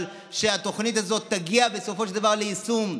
אבל שהתוכנית הזו תגיע בסופו של דבר ליישום.